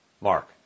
Mark